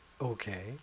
Okay